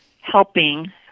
helping